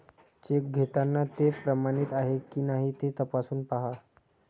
check घेताना ते प्रमाणित आहे की नाही ते तपासून पाहा